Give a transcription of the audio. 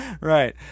Right